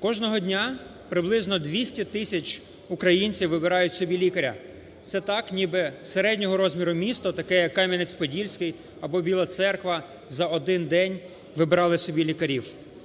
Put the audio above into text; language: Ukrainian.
Кожного дня приблизно 200 тисяч українців вибирають собі лікаря. Це так ніби середнього розміру місто, таке як Кам'янець-Подільський або Біла Церква, за один день вибирали собі лікарів.